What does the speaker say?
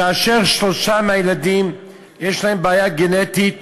ושלושה מהילדים יש להם בעיה גנטית